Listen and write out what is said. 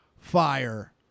fire